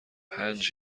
پنج